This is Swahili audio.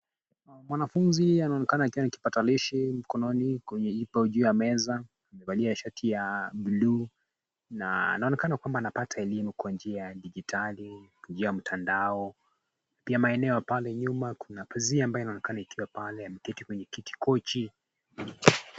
Mwanafunzi anaonekana akiwa na kipakatalishi mkononi ipo juu ya meza, amevalia shati ya buluu na anaonekana kwamba anapata elimu kwa njia ya dijitali, kwa njia ya mtandao. Pia maeneo ya pale nyuma kuna pazia inayoonekana ikiwa pale, ameketi kwenye kochi.